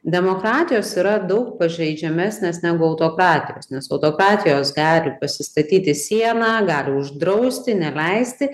demokratijos yra daug pažeidžiamesnės negu autokratijos nes autokratijos gali pasistatyti sieną gali uždrausti neleisti